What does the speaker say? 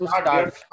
start